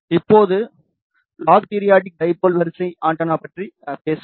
இப்போது log periodic dipole வரிசை antenna பற்றி பேசலாம்